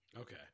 okay